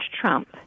Trump